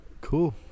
cool